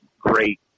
great